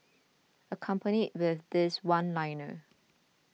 accompanied with this one liner